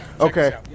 Okay